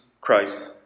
Christ